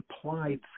applied